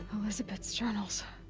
elisabet's journals.